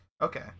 Okay